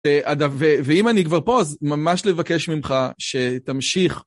אגב, ואם אני כבר פה, אז ממש לבקש ממך שתמשיך.